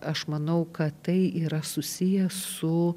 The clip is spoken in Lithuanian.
aš manau kad tai yra susiję su